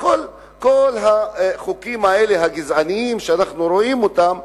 כל החוקים האלה, הגזעניים, שאנחנו רואים אותם,